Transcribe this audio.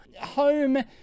home